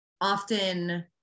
often